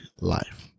life